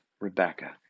Rebecca